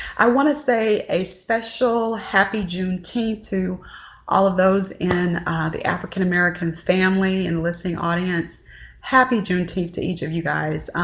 i want to say a special happy june tea to all of those in the african-americans family and listening audience happy juneteenth to each of you guys.